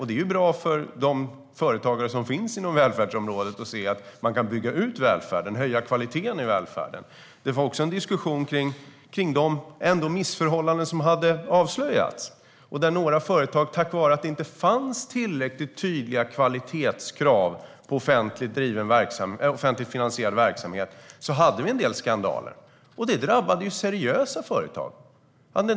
Det är bra för företagare som finns inom välfärdsområdet att se att man kan bygga ut välfärden och höja kvaliteten i den. Det fördes också en diskussion om de missförhållanden som hade avslöjats. Tack vare att det inte fanns tillräckligt tydliga kvalitetskrav på offentligt finansierad verksamhet förekom det en del skandaler, vilka ju drabbade seriösa företag.